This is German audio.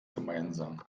gemeinsam